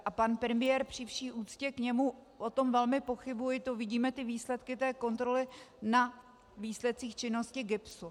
Ani pan premiér, při vší úctě k němu, o tom velmi pochybuji, to vidíme, ty výsledky té kontroly na výsledcích činnosti GIBSu.